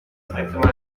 cinq